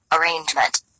arrangement